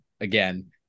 again